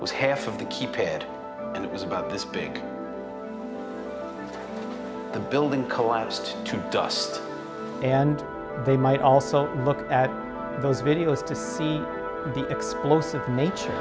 was half of the keep it and it was about this big the building collapsed to dust and they might also look at those videos to see the explosive nature